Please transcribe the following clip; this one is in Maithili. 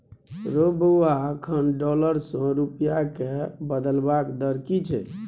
रौ बौआ अखन डॉलर सँ रूपिया केँ बदलबाक दर की छै?